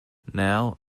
now